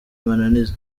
mananiza